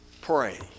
Pray